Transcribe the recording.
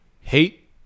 hate